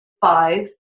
five